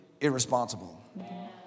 irresponsible